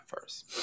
first